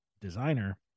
designer